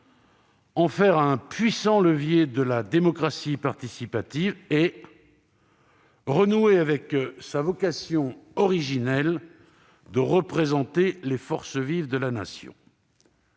en faire un puissant levier de la démocratie participative, renouer avec sa vocation originelle de représenter les forces vives de la Nation.